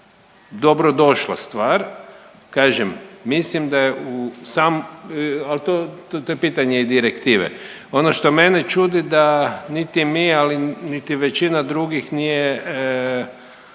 dobro došla stvar. Kažem, mislim da je u sam, ali to je pitanje i direktive. Ono što mene čudi da niti mi, ali niti većina drugih nije